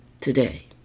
Today